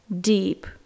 deep